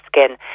skin